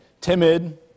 Timid